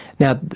now,